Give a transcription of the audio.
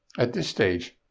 at this stage,